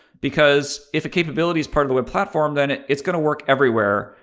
because if a capabilities part of a web platform, then it's going to work everywhere,